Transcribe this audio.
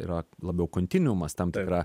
yra labiau kontinuumas tam tikra